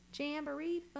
Jamboree